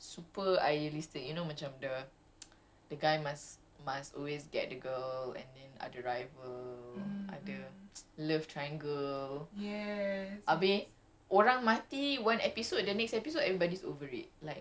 but it's the most macam fantasy lah like super idealistic you know macam the guy must must always get the girl and then ada rival ada love triangle